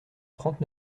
trente